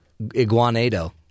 Iguanado